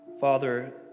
Father